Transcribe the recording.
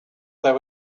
there